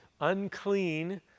unclean